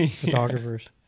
Photographers